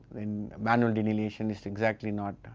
then manual delineation is exactly not